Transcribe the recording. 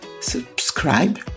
subscribe